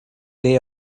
day